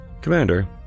Commander